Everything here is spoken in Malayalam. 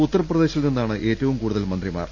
ഉത്തർപ്രദേശിൽ നിന്നാണ് ഏറ്റവും കൂടു തൽ മന്ത്രിമാർ